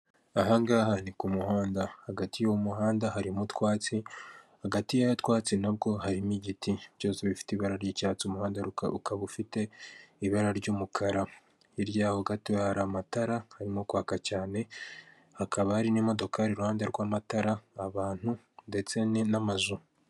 Ahangaha ni ku umuhanda. Hagati y'umuhanda harimo utwatsi, hagati yutwatsi nabwo harimo igiti byose bifite ibara ry'icyatsi. Umuhanda ukaba ufite ibara ry'umukara. Hiryaho gato hari amatara harimo kwaka cyane hakaba hari n'imodoka iruhande rw'amatara abantu ndetse n'amazu.